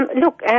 Look